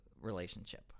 relationship